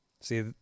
See